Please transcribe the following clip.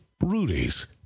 Rudy's